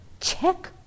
Check